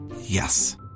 Yes